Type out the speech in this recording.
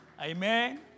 Amen